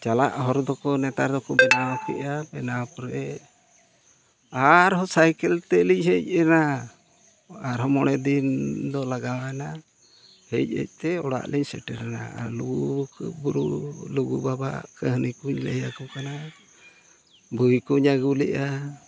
ᱪᱟᱞᱟᱜ ᱦᱚᱨ ᱫᱚᱠᱚ ᱱᱮᱛᱟᱨ ᱫᱚᱠᱚ ᱵᱮᱱᱟᱣ ᱠᱮᱜᱼᱟ ᱵᱮᱱᱟᱣ ᱯᱚᱨᱮ ᱟᱨᱦᱚᱸ ᱥᱟᱭᱠᱮᱞ ᱛᱮᱞᱤᱧ ᱦᱮᱡ ᱮᱱᱟ ᱟᱨᱦᱚᱸ ᱢᱚᱬᱮ ᱫᱤᱱ ᱫᱚ ᱞᱟᱜᱟᱣᱮᱱᱟ ᱦᱮᱡ ᱦᱮᱡ ᱛᱮ ᱚᱲᱟᱜ ᱞᱤᱧ ᱥᱮᱴᱮᱨᱮᱱᱟ ᱟᱨ ᱞᱩᱜᱩ ᱵᱩᱨᱩ ᱞᱩᱜᱩ ᱵᱟᱵᱟᱣᱟᱜ ᱠᱟᱹᱦᱱᱤ ᱠᱚᱧ ᱞᱟᱹᱭ ᱟᱠᱚ ᱠᱟᱱᱟ ᱵᱳᱭ ᱠᱚᱧ ᱟᱹᱜᱩ ᱞᱮᱜᱼᱟ